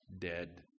dead